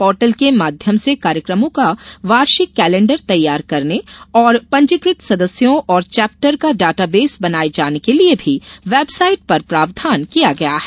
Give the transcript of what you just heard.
portal के माध्यम से कार्यकमों का वार्षिक कैलेंडर तैयार करने और पंजीकृत सदस्यों और चेप्टर का डाटाबेस बनाये जाने के लिये भी बेवसाइट पर प्रावधान किया गया है